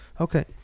Okay